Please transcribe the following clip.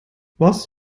was